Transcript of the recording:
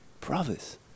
brothers